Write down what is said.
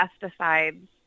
pesticides